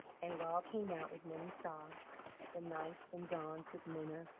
and it all came out with many sobs the nights and dawns with minna,